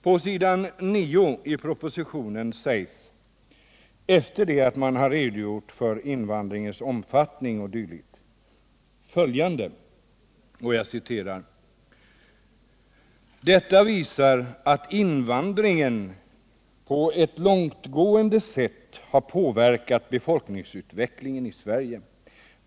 På s. 9 i propositionen sägs efter det att man redogjort för invandringens omfattning o. d. följande: ”Detta visar att invandringen på ett långtgående sätt har påverkat befolkningsutvecklingen i Sverige.